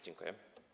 Dziękuję.